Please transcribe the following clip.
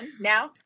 now